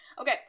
Okay